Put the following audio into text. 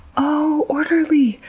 oh, orderly!